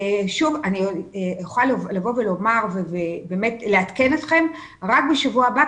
אני אוכל לעדכן אתכם רק בשבוע הבא,